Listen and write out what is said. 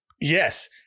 yes